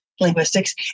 linguistics